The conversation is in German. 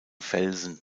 felsen